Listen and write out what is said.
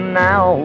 now